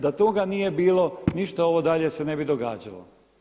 Da toga nije bilo ništa ovo dalje se ne bi događalo.